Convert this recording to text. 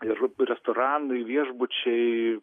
ir restoranai viešbučiai